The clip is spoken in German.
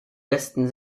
westen